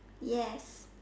yes